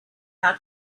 how